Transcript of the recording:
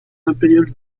impérial